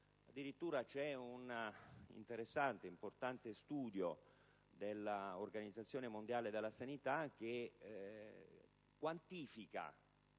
Addirittura, vi è un interessante e importante studio dell'Organizzazione mondiale della sanità che quantifica,